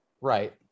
Right